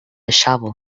shovel